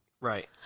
Right